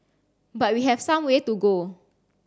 but we have some way to go